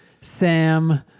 Sam